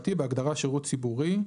בהגדרה "שירות ציבורי"